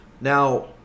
Now